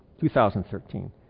2013